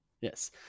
Yes